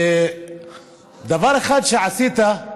דבר אחד שעשית,